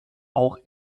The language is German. auch